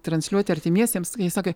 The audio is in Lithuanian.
transliuoti artimiesiems jie sako